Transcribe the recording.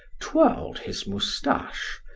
twirled his mustache,